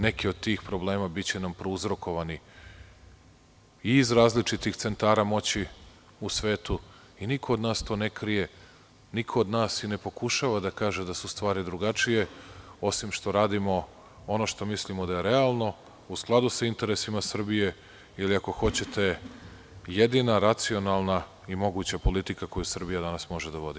Neki od tih problema biće nam prouzrokovani i iz različitih centara moći u svetu i niko od nas to ne krije, niko od nas i ne pokušava da kaže da su stvari drugačije, osim što radimo ono što mislimo da je realno, u skladu sa interesima Srbije ili ako hoćete jedina racionalna i moguća politika koju Srbija danas može da vodi.